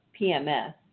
PMS